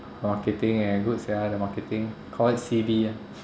marketing eh good sia the marketing call it C_B ah